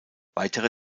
weitere